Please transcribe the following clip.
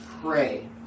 pray